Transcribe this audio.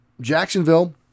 Jacksonville